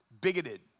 bigoted